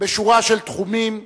בשורה של תחומים,